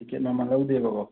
ticket ꯃꯃꯟ ꯂꯧꯗꯦꯕꯀꯣ